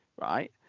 right